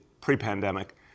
pre-pandemic